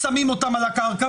שמים אותם על הקרקע,